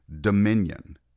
dominion